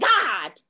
god